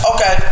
Okay